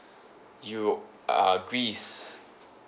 you uh greece